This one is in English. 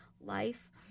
life